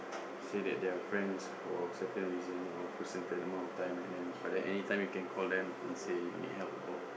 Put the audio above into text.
say that they are friends for certain reasons or for certain amount of time and then but then any time you can call them and say you need help or